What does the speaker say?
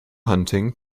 hunting